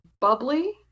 bubbly